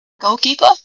goalkeeper